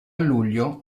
luglio